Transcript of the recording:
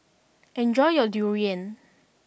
enjoy your Durian